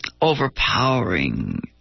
overpowering